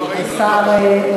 הצעת השר?